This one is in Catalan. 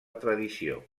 tradició